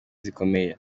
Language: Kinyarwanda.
zikomeye